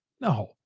No